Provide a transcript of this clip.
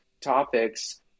topics